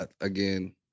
again